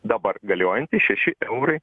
dabar galiojantys šeši eurai